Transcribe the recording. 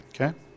Okay